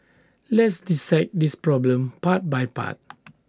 let's dissect this problem part by part